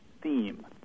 theme